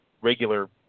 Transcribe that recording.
regular